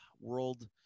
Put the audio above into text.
world